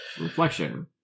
reflection